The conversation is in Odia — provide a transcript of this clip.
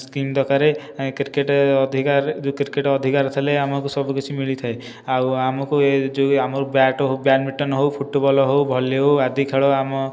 ସ୍କ୍ରିନ ଦରକାର କ୍ରିକେଟ ଅଧିକାର ଯେଉଁ କ୍ରିକେଟ ଅଧିକାର ଥିଲେ ଆମକୁ ସବୁ କିଛି ମିଳିଥାଏ ଆଉ ଆମକୁ ଏଇ ଯେଉଁ ଆମର ବ୍ୟାଟ ହେଉ ବ୍ୟାଡ଼ମିଣ୍ଟନ ହେଉ ଫୁଟବଲ ହେଉ ଭଲି ହେଉ ଆଦି ଖେଳ ଆମ